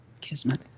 Kismet